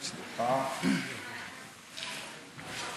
זאת תוכנית טלוויזיה, כי מפקדים